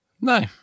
no